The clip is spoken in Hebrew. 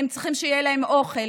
הם צריכים שיהיה להם אוכל,